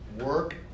work